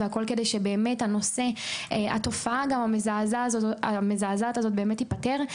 והכול כדי שבאמת התופעה המזעזעת הזו באמת תיפתר.